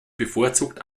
bevorzugt